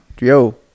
Yo